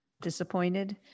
disappointed